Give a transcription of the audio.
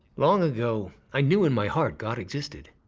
long ago, i knew in my heart god existed.